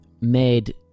made